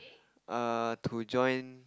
err to join